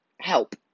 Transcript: help